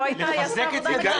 היא עשתה עבודה מצוינת.